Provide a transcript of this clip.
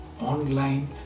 online